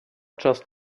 just